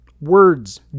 Words